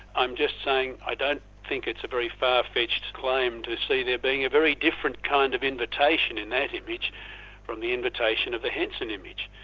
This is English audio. i'm just saying i don't think it's a very far-fetched claim to see there being a very different kind of invitation in that image from the invitation of the henson image.